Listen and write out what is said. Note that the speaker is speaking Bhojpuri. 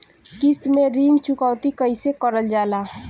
किश्त में ऋण चुकौती कईसे करल जाला?